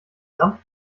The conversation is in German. samt